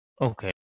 Okay